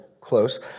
close